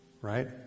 Right